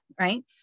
right